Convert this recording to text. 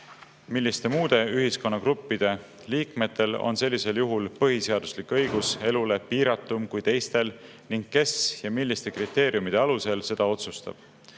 Milliste muude ühiskonnagruppide liikmetel on sellisel juhul põhiseaduslik õigus elule piiratum kui teistel ning kes ja milliste kriteeriumide alusel seda otsustab?"